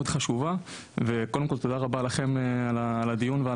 חשובה ואני מודה לכם על קיום הדיון הזה,